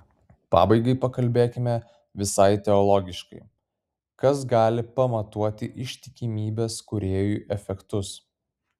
pabaigai pakalbėkime visai teologiškai kas gali pamatuoti ištikimybės kūrėjui efektus